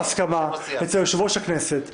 אתמול בהסכמה אצל יושב-ראש הכנסת,